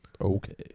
okay